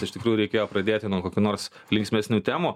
iš tikrųjų reikėjo pradėti nuo kokių nors linksmesnių temų